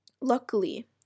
luckily